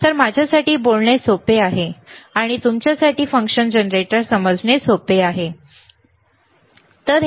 तर माझ्यासाठी बोलणे सोपे आहे आणि तुमच्यासाठी फंक्शन जनरेटर समजणे सोपे आहे ठीक आहे